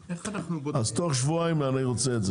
אז תוך שבועיים אני רוצה את זה.